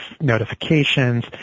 notifications